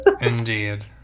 Indeed